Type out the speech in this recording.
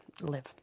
live